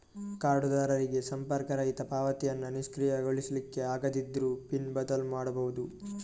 ಕಾರ್ಡುದಾರರಿಗೆ ಸಂಪರ್ಕರಹಿತ ಪಾವತಿಯನ್ನ ನಿಷ್ಕ್ರಿಯಗೊಳಿಸ್ಲಿಕ್ಕೆ ಆಗದಿದ್ರೂ ಪಿನ್ ಬದಲು ಮಾಡ್ಬಹುದು